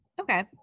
okay